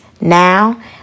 Now